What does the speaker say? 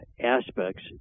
aspects